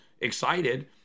excited